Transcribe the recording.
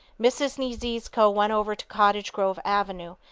mrs. niedziezko went over to cottage grove avenue,